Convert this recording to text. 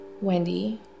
Wendy